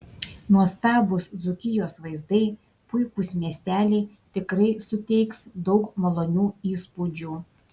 nuostabūs dzūkijos vaizdai puikūs miesteliai tikrai suteiks daug malonių įspūdžių